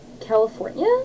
California